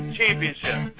championship